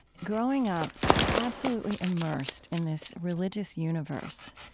growing up absolutely immersed in this religious universe,